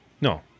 No